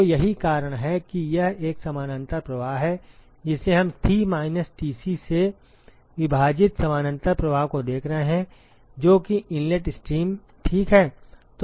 तो यही कारण है कि यह एक समानांतर प्रवाह है जिसे हम थि माइनस टीसी से विभाजित समानांतर प्रवाह को देख रहे हैं जो कि इनलेट स्ट्रीम ठीक है